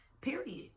period